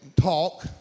talk